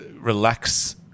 relax